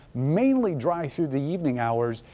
mainly dry through the evening hours.